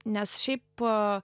nes šiaip a